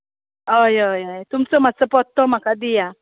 हय हय हय तुमचो मातसो पत्तो म्हाका दिया